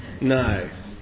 no